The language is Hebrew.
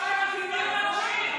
תקראו את מה שיש בחוק.